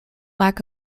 lack